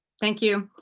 thank you.